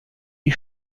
die